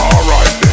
Alright